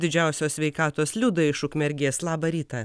didžiausios sveikatos liuda iš ukmergės labą rytą